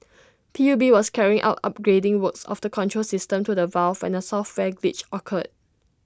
P U B was carrying out upgrading works of the control system to the valve when A software glitch occurred